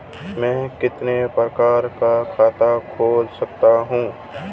मैं कितने प्रकार का खाता खोल सकता हूँ?